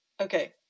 Okay